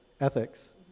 ethics